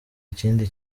ikindi